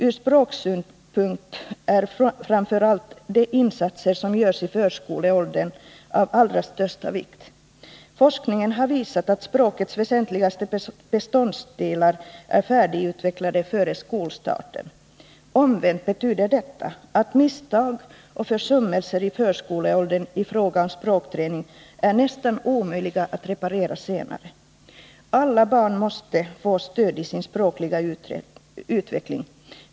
Ur språksynpunkt är framför allt de insatser som görs i förskoleåldern av allra största vikt. Forskningen har visat att språkets väsentligaste beståndsdelar är färdigutvecklade före skolstarten. Omvänt betyder detta att misstag och försummelser i förskoleåldern i fråga om språkträning är nästan omöjliga att reparera senare. Alla barn måste få stöd i sin språkliga utveckling.